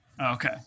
Okay